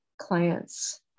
clients